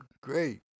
great